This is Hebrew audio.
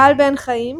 גל בן חיים,